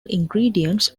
ingredients